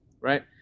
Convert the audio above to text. right